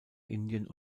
indien